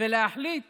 ולהחליט